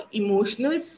emotional